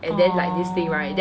!aww!